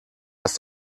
ist